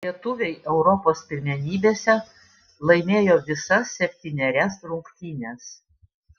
lietuviai europos pirmenybėse laimėjo visas septynerias rungtynes